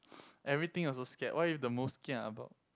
everything also scared what are you the most kia about